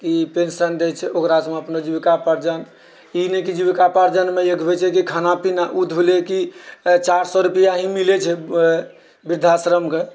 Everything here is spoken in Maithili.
कि पेंशन दए छै ओकरासँ हम अपनो जीविकापार्जन ई नहि कि जीविकापार्जनमे एक होइ छै कि खाना पीना ओ तऽभेलैकि चारि सए रुपिआ इ मिलै छै वृद्धाश्रमके